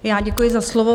Já děkuji za slovo.